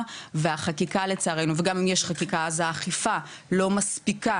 והחקיקה לצערנו וגם אם יש חקיקה אז האכיפה לא מספיקה